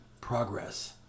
Progress